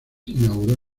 inauguró